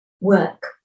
work